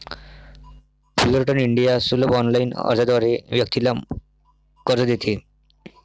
Fullerton India सुलभ ऑनलाइन अर्जाद्वारे व्यक्तीला कर्ज देते